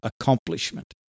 accomplishment